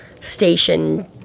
station